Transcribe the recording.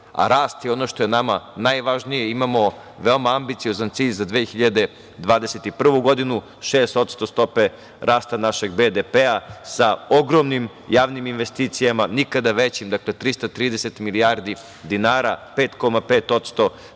a rast je ono što je nama najvažnije. Imamo veoma ambiciozan cilj za 2021. godinu, 6% stope rasta našeg BDP sa ogromnim javnim investicijama, nikada većim. Dakle, 330 milijardi dinara, 5,5%